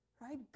right